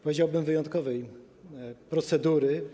Powiedziałbym, wyjątkowej procedury.